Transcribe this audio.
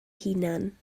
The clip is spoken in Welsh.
hunan